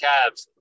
Cavs